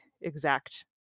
exact